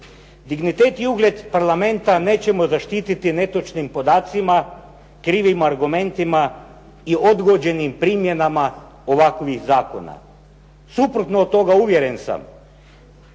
Dignitet i ugled parlamenta nećemo zaštiti netočnim podacima, krivim argumentima i odgođenim primjenama ovakvih zakona. Suprotno od toga uvjeren sam